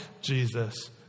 Jesus